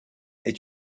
est